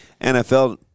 NFL